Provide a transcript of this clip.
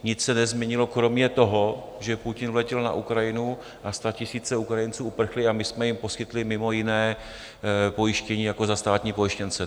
Nic se nezměnilo kromě toho, že Putin vletěl na Ukrajinu, statisíce Ukrajinců uprchly a my jsme jim poskytli mimo jiné pojištění jako za státní pojištěnce.